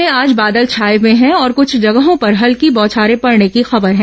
प्रदेश में आज बादल छाए हुए हैं और कुछ जगहों पर हल्की बौछारें पड़ने की खबर हैं